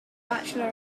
bachelor